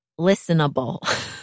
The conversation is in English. listenable